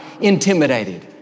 intimidated